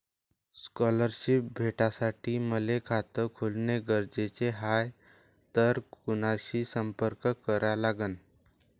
Scholarship भेटासाठी मले खात खोलने गरजेचे हाय तर कुणाशी संपर्क करा लागन?